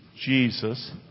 Jesus